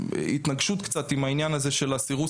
התנגשות קצת עם העניין הזה של הסירוס